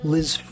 Liz